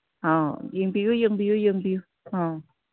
ꯑꯧ ꯌꯦꯡꯕꯤꯌꯨ ꯌꯦꯡꯕꯤꯌꯨ ꯌꯦꯡꯕꯤꯌꯨ ꯑꯧ